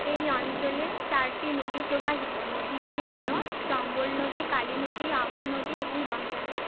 এই অঞ্চলে চারটি নদী প্রবাহিত নদীগুলো হলো চম্বল নদী কালী নদী আহু নদী এবং রমজান নদী